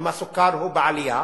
אם הסוכר הוא בעלייה